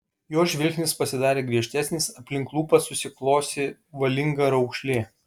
jo žvilgsnis pasidarė griežtesnis aplink lūpas susiklosi valinga raukšlė